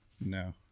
No